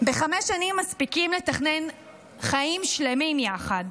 בחמש שנים מספיקים לתכנן חיים שלמים יחד.